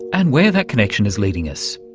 and where that connection is leading us.